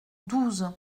douze